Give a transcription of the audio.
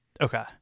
Okay